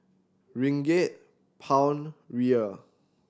Ringgit Pound Riel